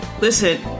Listen